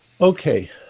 Okay